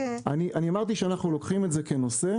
אמרתי שאנחנו לוקחים את זה כנושא,